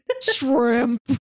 Shrimp